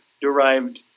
derived